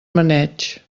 maneig